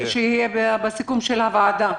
שיהיה בסיכום של הוועדה.